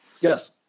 Yes